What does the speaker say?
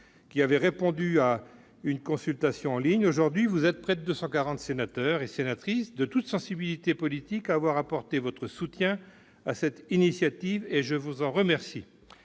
qui ont répondu à une consultation en ligne. Aujourd'hui, vous êtes près de 240 sénateurs et sénatrices, de toutes sensibilités politiques, à avoir apporté votre soutien à notre initiative, ce dont je vous remercie.